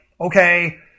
okay